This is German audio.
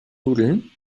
nudeln